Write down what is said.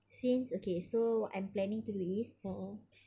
since okay so what I'm planning to do is